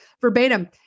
verbatim